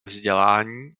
vzdělání